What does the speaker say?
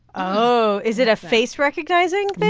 oh, is it a face-recognizing thing?